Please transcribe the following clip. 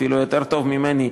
אפילו יותר טוב ממני,